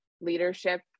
leadership